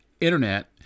Internet